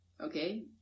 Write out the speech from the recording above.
Okay